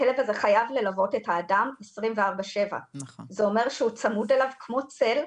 הכלב הזה חייב ללוות את האדם 24/7. זה אומר שהוא צמוד אליו כמו צל,